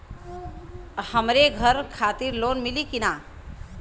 हमरे घर खातिर लोन मिली की ना?